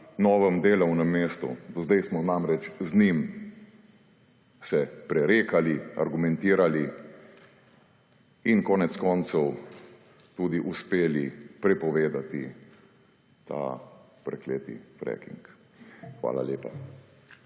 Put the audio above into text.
novem delovnem mestu. Do zdaj smo namreč z njim se prerekali, argumentirali in konec koncev tudi uspeli prepovedati ta prekleti fracking. Hvala lepa.